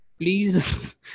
Please